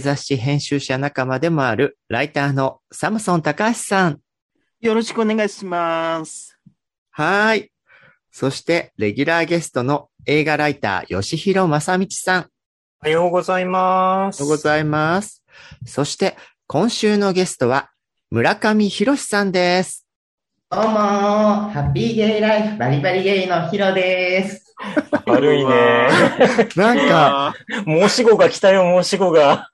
雑誌編集者仲間でもあるライターのサムソン高橋さん。よろしくお願いします。はーい。そしてレギュラーゲストの映画ライター、ヨシヒロ・マサミチさん。おはようございます。おはようございます。そして今週のゲストは村上博さんです。 どうもー。 ハッピーゲイライフ、バリバリゲイのヒロです。 悪いね。 なんか。 うわー。 申し子が来たよ、申し子が。